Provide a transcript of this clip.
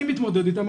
אני מתמודד איתם,